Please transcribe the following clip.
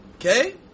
Okay